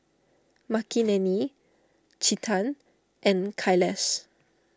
Makineni Chetan and Kailash